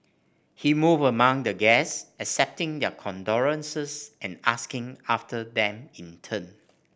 he moved among the guests accepting their condolences and asking after them in turn